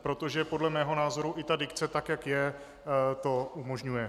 Protože podle mého názoru i ta dikce, tak jak je, to umožňuje.